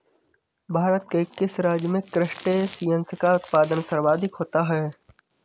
भारत के किस राज्य में क्रस्टेशियंस का उत्पादन सर्वाधिक होता है?